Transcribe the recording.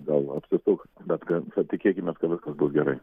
gal apsisuks bet ka kad tikėkimės ka viskas bus gerai